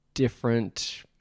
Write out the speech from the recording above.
different